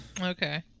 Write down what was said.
Okay